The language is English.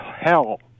hell